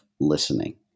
listening